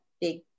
big